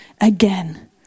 again